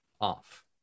off